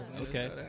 Okay